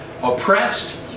oppressed